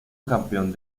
campeón